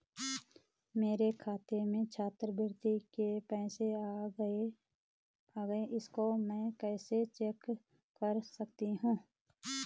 मेरे खाते में छात्रवृत्ति के पैसे आए होंगे इसको मैं कैसे चेक कर सकती हूँ?